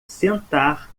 sentar